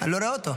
אני לא רואה אותו,